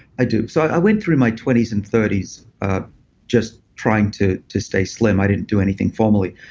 i do. so i went through my twenty s and thirty s just trying to to stay slim. i didn't do anything formally,